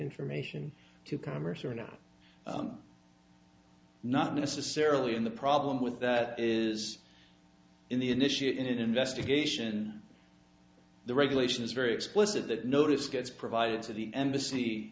information to commerce or not not necessarily in the problem with that is in the initiate investigation the regulation is very explicit that notice gets provided to the embassy